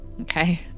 okay